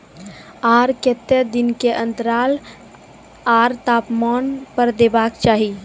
आर केते दिन के अन्तराल आर तापमान पर देबाक चाही?